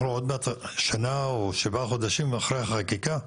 אנחנו שבעה חודשים אחרי החקיקה.